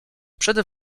przede